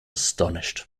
astonished